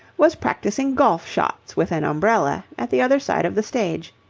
was practising golf-shots with an umbrella at the other side of the stage.